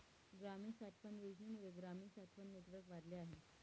ग्रामीण साठवण योजनेमुळे ग्रामीण साठवण नेटवर्क वाढले आहे